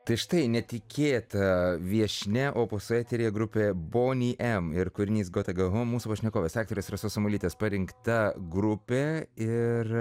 tai štai netikėta viešnia o eteryje grupė bony em ir kūrinys gota gou houm mūsų pašnekovės aktorės rasos samuolytės parinkta grupė ir